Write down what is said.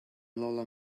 lola